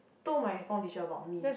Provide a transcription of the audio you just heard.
told my form teacher about me